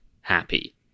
happy